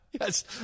Yes